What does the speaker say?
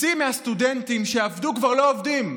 חצי מהסטודנטים שעבדו כבר לא עובדים.